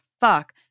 fuck